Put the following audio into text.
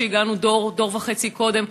שהגענו דור או דור וחצי קודם,